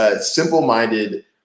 simple-minded